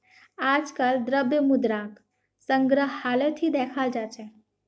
आजकल द्रव्य मुद्राक संग्रहालत ही दखाल जा छे